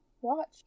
Watch